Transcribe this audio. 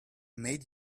made